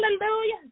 Hallelujah